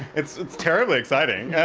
it's it's terribly exciting. yeah